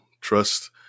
Trust